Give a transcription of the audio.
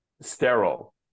sterile